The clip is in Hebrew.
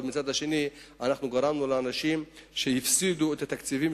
אבל מצד שני גרמנו לכך שאנשים הפסידו את התקציבים